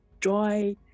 joy